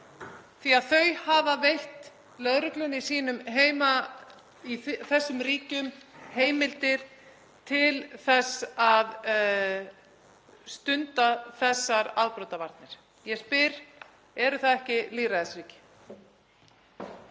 því að þau hafa veitt lögreglunni í þessum ríkjum heimildir til þess að stunda þessar afbrotavarnir? Ég spyr: Eru það ekki lýðræðisríki?